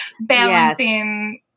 balancing